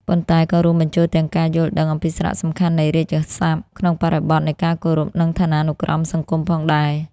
ប៉ុន្តែក៏រួមបញ្ចូលទាំងការយល់ដឹងអំពីសារៈសំខាន់នៃរាជសព្ទក្នុងបរិបទនៃការគោរព និងឋានានុក្រមសង្គមផងដែរ។